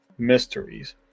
mysteries